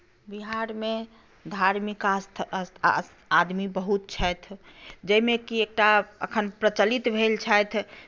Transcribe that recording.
बिहारमे धार्मिक आदमी बहुत छथि जाहिमे कि एकटा अखन प्रचलित भेल छथि